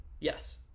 Yes